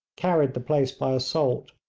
carried the place by assault,